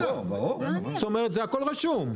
זה הכל רשום.